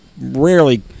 rarely –